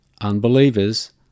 unbelievers